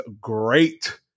great